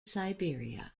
siberia